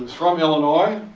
from illinois.